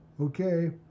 Okay